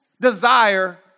desire